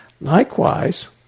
Likewise